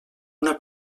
una